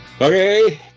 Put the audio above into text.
okay